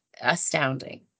astounding